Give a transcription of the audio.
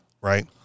right